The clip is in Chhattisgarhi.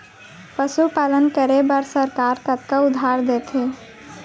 पशुपालन करे बर सरकार कतना उधार देथे?